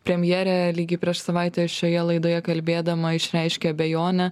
premjerė lygiai prieš savaitę šioje laidoje kalbėdama išreiškė abejonę